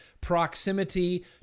proximity